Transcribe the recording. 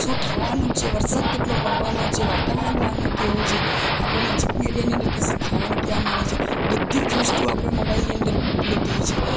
શું થવાનું છે વરસાદ કેટલો પડવાનો છે વાતાવરણ બહારનો કેવો છે આપણે નજીકના એરિયાની અંદર કસે ખાવાનું ક્યાં મળે છે બધી જ વસ્તુ આપણા મોબાઈલની અંદર ઉપલબ્ધ હોય છે